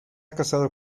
casado